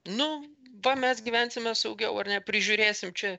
nu va mes gyvensime saugiau ar ne prižiūrėsim čia